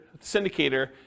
syndicator